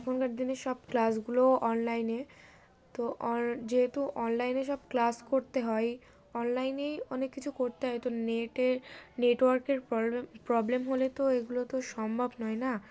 এখনকার দিনের সব ক্লাসগুলোও অনলাইনে তো অ যেহেতু অনলাইনে সব ক্লাস করতে হয় অনলাইনেই অনেক কিছু করতে হয় তো নেটের নেটওয়ার্কের প্রবলেম প্রবলেম হলে তো এগুলো তো সম্ভব নয় না